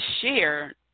share